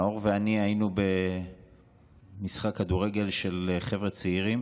נאור ואני היינו במשחק כדורגל של חבר'ה צעירים